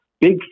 big